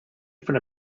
from